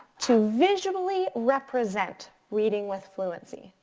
to visually represent reading with fluency.